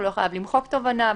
לא חייב למחוק תובענה,